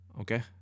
Okay